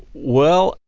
well,